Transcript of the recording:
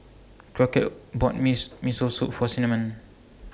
Crockett bought Miss Miso Soup For Cinnamon